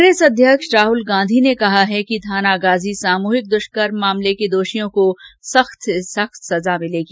कांग्रेस अध्यक्ष राहल गांधी ने कहा है कि थानागाजी सामूहिक दूष्कर्म मामले के दोषियों को सख्त से सख्त सजा मिलेगी